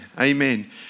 Amen